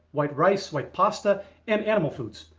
white rice, white pasta and animal foods.